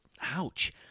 Ouch